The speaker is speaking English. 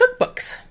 cookbooks